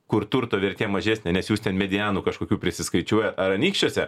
kur turto vertė mažesnė nes jūs ten medianų kažkokių prisiskaičiuoja ar anykščiuose